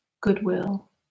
goodwill